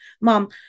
mom